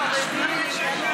החרדים,